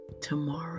tomorrow